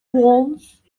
wants